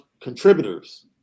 contributors